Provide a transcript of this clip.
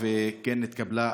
וכן נתקבלה,